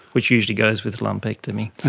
which usually goes with lumpectomy.